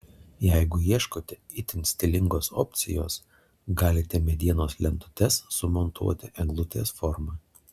jeigu ieškote itin stilingos opcijos galite medienos lentutes sumontuoti eglutės forma